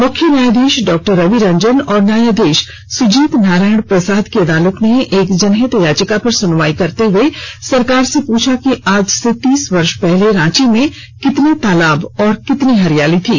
मुख्य न्यायधीश डॉ रवि रंजन और न्यायधीश सुजीत नारायण प्रसाद की अदालत ने एक जनहित याचिका पर सुनवाई करते हुए सरकार से पूछा कि आज से तीस वर्ष पहले रांची में कितने तालाब और कितनी हरियाली थी